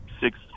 six